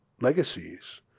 legacies